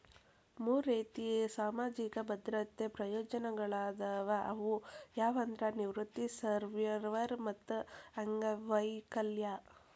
ಮೂರ್ ರೇತಿ ಸಾಮಾಜಿಕ ಭದ್ರತೆ ಪ್ರಯೋಜನಗಳಾದವ ಅವು ಯಾವಂದ್ರ ನಿವೃತ್ತಿ ಸರ್ವ್ಯವರ್ ಮತ್ತ ಅಂಗವೈಕಲ್ಯ